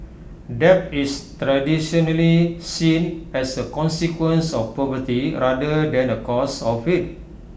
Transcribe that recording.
debt is traditionally seen as A consequence of poverty rather than A cause of IT